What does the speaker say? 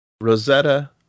Rosetta